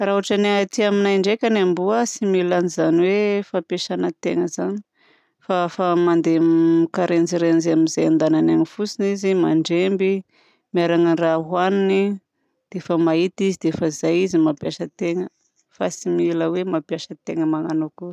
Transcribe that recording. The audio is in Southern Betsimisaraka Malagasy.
Raha ohatra ny aty aminay ndraika ny amboa tsy mila anzany hoe fampiasana tegna zany fa mandeha mikarenjirenjy amin'izay andehanany any fotsiny izy. Mandremby miharana ny raha ohaniny dia efa mahita izy dia efa zay izy mampiasa tegna fa tsy mila hoe mampiasa tegna magnano akory.